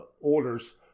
orders